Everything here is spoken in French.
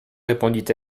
répondit